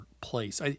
place